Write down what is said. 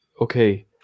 okay